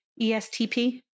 ESTP